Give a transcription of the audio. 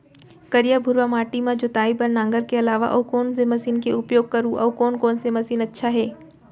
करिया, भुरवा माटी म जोताई बार नांगर के अलावा अऊ कोन से मशीन के उपयोग करहुं अऊ कोन कोन से मशीन अच्छा है?